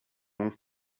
non